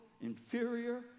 inferior